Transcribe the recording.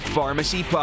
Pharmacy